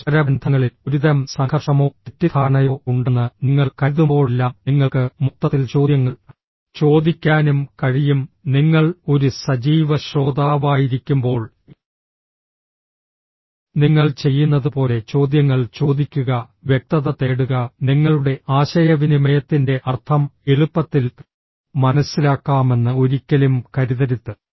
പരസ്പര ബന്ധങ്ങളിൽ ഒരുതരം സംഘർഷമോ തെറ്റിദ്ധാരണയോ ഉണ്ടെന്ന് നിങ്ങൾ കരുതുമ്പോഴെല്ലാം നിങ്ങൾക്ക് മൊത്തത്തിൽ ചോദ്യങ്ങൾ ചോദിക്കാനും കഴിയും നിങ്ങൾ ഒരു സജീവ ശ്രോതാവായിരിക്കുമ്പോൾ നിങ്ങൾ ചെയ്യുന്നതുപോലെ ചോദ്യങ്ങൾ ചോദിക്കുക വ്യക്തത തേടുക നിങ്ങളുടെ ആശയവിനിമയത്തിന്റെ അർത്ഥം എളുപ്പത്തിൽ മനസ്സിലാക്കാമെന്ന് ഒരിക്കലും കരുതരുത്